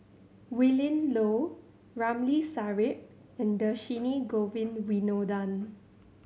Willin Low Ramli Sarip and Dhershini Govin Winodan